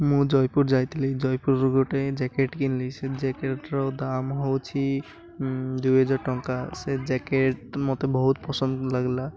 ମୁଁ ଜୟପୁର ଯାଇଥିଲି ଜୟପୁରରୁ ଗୋଟେ ଜ୍ୟାକେଟ୍ କିଣିଲି ସେ ଜ୍ୟାକେଟ୍ର ଦାମ ହେଉଛି ଦୁଇ ହଜାର ଟଙ୍କା ସେ ଜ୍ୟାକେଟ୍ ମୋତେ ବହୁତ ପସନ୍ଦ ଲାଗିଲା